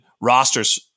rosters